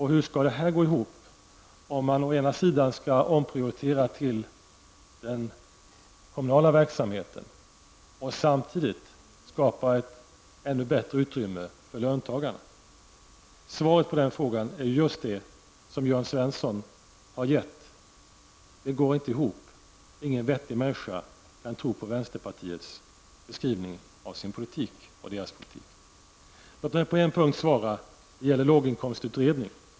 Hur skall det gå ihop, om man skall omprioritera till den kommunala verksamheten och samtidigt skapa ett ännu större utrymme för löntagarna? Svaret på den frågan är just det som Jörn Svensson har gett: Det går inte ihop? Ingen vettig människa kan tro på vänsterpartiets beskrivning av sin politik. Låt mig svara på en punkt -- det gäller låginkomstutredningen.